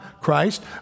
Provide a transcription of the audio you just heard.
Christ